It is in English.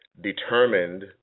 determined